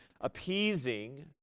appeasing